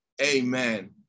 Amen